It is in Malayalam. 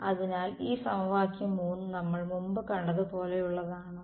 അതിനാൽ ഈ സമവാക്യം 3 നമ്മൾ മുമ്പ് കണ്ടത് പോലെയുള്ളതാണോ